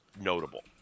notable